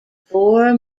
four